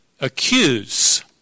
accuse